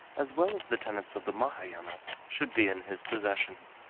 as well as the tenets of the mahayana should be in his possession.